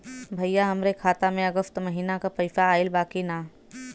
भईया हमरे खाता में अगस्त महीना क पैसा आईल बा की ना?